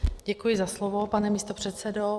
Děkuji za slovo, pane místopředsedo.